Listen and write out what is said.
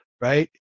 Right